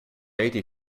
eighty